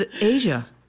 Asia